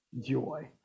joy